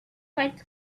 fight